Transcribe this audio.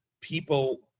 people